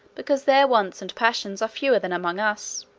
because their wants and passions are fewer than among us.